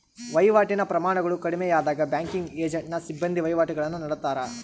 ವಹಿವಾಟಿನ ಪ್ರಮಾಣಗಳು ಕಡಿಮೆಯಾದಾಗ ಬ್ಯಾಂಕಿಂಗ್ ಏಜೆಂಟ್ನ ಸಿಬ್ಬಂದಿ ವಹಿವಾಟುಗುಳ್ನ ನಡತ್ತಾರ